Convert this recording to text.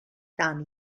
thani